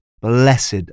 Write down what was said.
Blessed